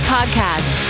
Podcast